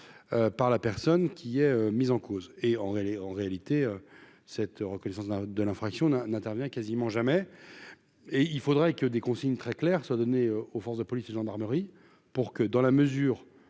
par la personne qui est mise en cause et en elle est en réalité cette reconnaissance de la, de l'infraction n'a n'intervient quasiment jamais et il faudrait que des consignes très claires soit données aux forces de police et de gendarmerie pour que, dans la mesure